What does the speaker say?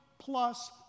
plus